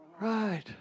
Right